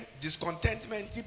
discontentment